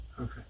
Okay